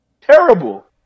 terrible